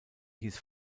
hieß